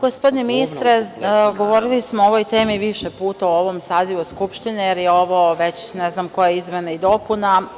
Gospodine ministre, govorili smo o ovoj temi više puta u ovom sazivu Skupštine, jer je ovo već ne znam koja izmena i dopuna.